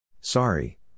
Sorry